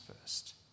first